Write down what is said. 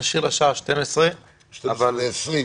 נשאיר לשעה 12:00 -- בשעה 12:20,